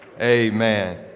Amen